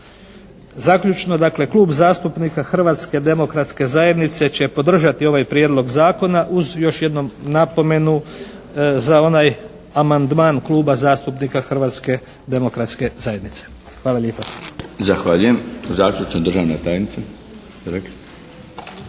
Zaključno, dakle Klub zastupnika Hrvatske demokratske zajednice će podržati ovaj Prijedlog zakona uz još jednom napomenu za onaj amandman Kluba zastupnika Hrvatske demokratske zajednice. Hvala lijepa. **Milinović, Darko (HDZ)** Zahvaljujem. Zaključno, državna tajnica.